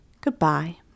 goodbye